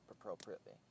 appropriately